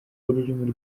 ururimi